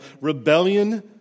rebellion